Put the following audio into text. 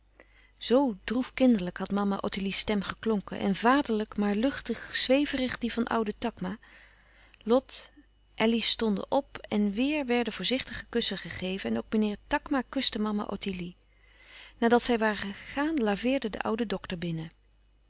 zoo droef kinderlijk had mama ottilie's stem geklonken en vaderlijk maar luchtig zweverig die van ouden takma lot elly stonden op en wéêr werden voorzichtige kussen gegeven en ook meneer takma kuste mama ottilie nadat zij waren gegaan laveerde de oude dokter binnen